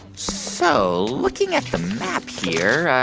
so looking at the map here,